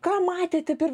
ką matėte per